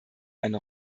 eine